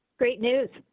great news.